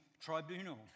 Tribunal